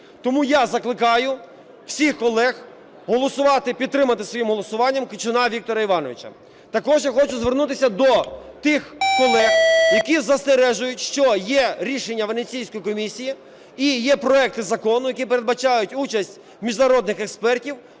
Тому я закликаю всіх колег голосувати і підтримати своїм голосуванням Кичуна Віктора Івановича. Також я хочу звернутися до тих колег, які застерігають, що є рішення Венеційської комісії і є проекти закону, які передбачають участь міжнародних експертів